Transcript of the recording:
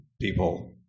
people